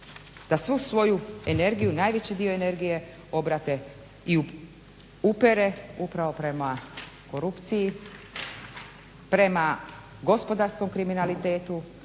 se svu svoju energiju najveći dio energije obrate i upere upravo prema korupciji, prema gospodarskom kriminalitetu